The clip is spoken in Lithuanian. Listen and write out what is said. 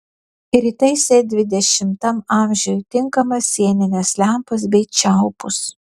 ir įtaisė dvidešimtam amžiui tinkamas sienines lempas bei čiaupus